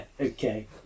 Okay